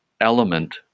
element